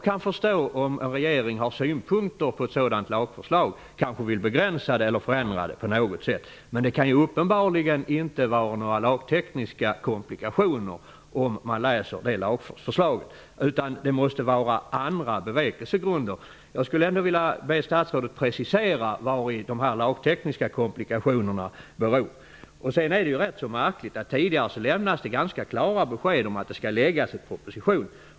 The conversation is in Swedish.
Jag förstår om en regering har synpunkter på ett sådant lagförslag, kanske vill begränsa det eller förändra det på något sätt. Men det kan uppenbarligen inte vara några lagtekniska komplikationer det handlar om, utan det måste vara andra bevekelsegrunder. Det förstår man om man läser lagförslaget. Jag skulle vilja be statsrådet precisera vari de lagtekniska komplikationerna består. Tidigare lämnades det ganska klara beskedet att en proposition skall läggas fram.